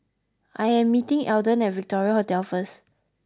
I am meeting Alden at Victoria Hotel first